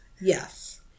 yes